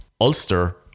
Ulster